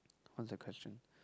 what's the question